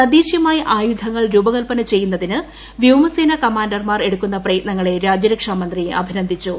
തദ്ദേശീയമായി ആയുധങ്ങൾ രൂപകൽപ്പിനിചെയ്യുന്നതിന് വ്യോമസേന കമാന്റർമാർ എടുക്കുന്ന പ്രെയ്തനങ്ങളെ രാജ്യരക്ഷാമന്ത്രി അഭിനന്ദിച്ചു